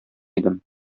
идем